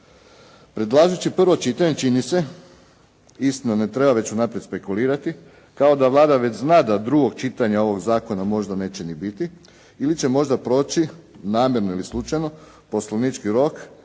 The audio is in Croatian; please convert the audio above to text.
Predlažući prvo čitanje čini se, istina ne treba već unaprijed špekulirati, kao Vlada već zna da drugog čitanja ovog zakona možda neće ni biti ili će možda proći, namjerno ili slučajno, poslovnički rok